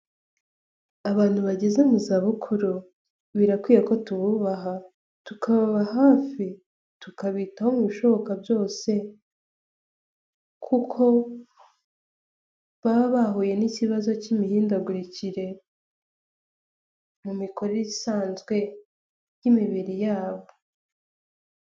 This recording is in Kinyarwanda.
Abantu bageze mu zabukuru birakwiye ko tububaha, tukababa hafi, tukabitaho mu bishoboka byose, kuko baba bahuye n'ikibazo cy'imihindagurikire, mu mikorere isanzwe y'imibiri yabo.